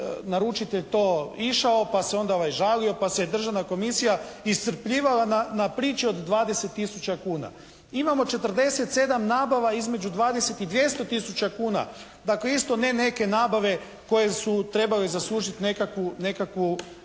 naručitelj to išao, pa se onda ovaj žalio, pa se Državna komisija iscrpljivala na priči od 20 tisuća kuna. Imamo 47 nabava između 20 i 200 tisuća kuna. Dakle, isto ne neke nabave koje su trebale zaslužiti nekakvu